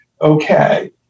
Okay